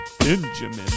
Benjamin